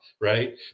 right